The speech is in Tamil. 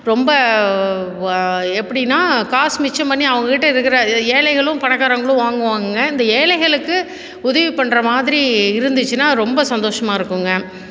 ரொம்ப எப்படின்னா காசு மிச்சம் பண்ணி அவங்ககிட்ட இருக்கிற ஏழைகளும் பணக்காரங்களும் வாங்குவாங்க இந்த ஏழைகளுக்கு உதவி பண்ணுற மாதிரி இருந்துச்சினால் ரொம்ப சந்தோஷமாக இருக்குங்க